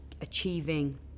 achieving